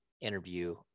interview